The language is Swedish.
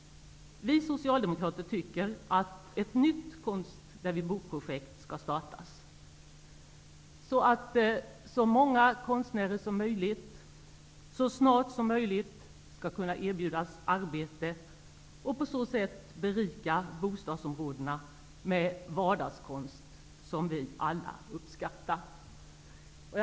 Vi socialdemokrater tycker att ett nytt konst-där-vi-bor-projekt skall startas, så att så många konstnärer som möjligt, så snart som möjligt, skall kunna erbjudas arbete och på så sätt berika bostadsområdena med vardagskonst som vi alla uppskattar.